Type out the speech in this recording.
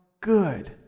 good